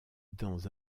dans